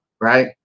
right